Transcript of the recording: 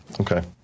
Okay